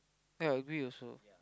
yea I agree also